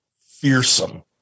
fearsome